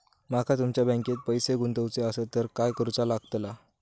माका तुमच्या बँकेत पैसे गुंतवूचे आसत तर काय कारुचा लगतला?